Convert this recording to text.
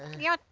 yeah,